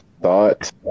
thought